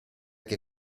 che